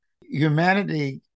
Humanity